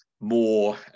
more